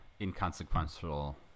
inconsequential